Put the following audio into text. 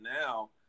now